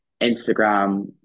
instagram